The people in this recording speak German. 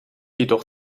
jedoch